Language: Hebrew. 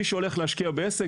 מי שהולך להשקיע בעסק,